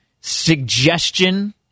suggestion